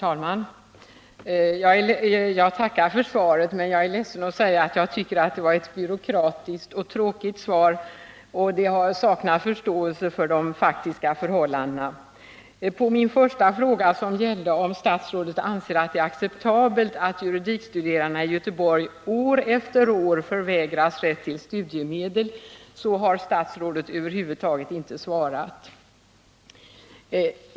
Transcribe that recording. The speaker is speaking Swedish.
Herr talman! Jag tackar för svaret på min fråga, men jag är ledsen att säga att jag tycker att det var ett byråkratiskt och tråkigt svar, där det saknas en förståelse för de faktiska förhållandena. På min första fråga, som gällde om statsrådet anser att det är acceptabelt att juridikstuderandena i Göteborg år efter år förvägras rätt till studiemedel, har statsrådet över huvud taget inte 1 svarat.